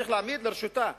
הוא צריך להעמיד לרשותה,